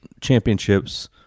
championships